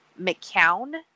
McCown